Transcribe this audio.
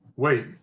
Wait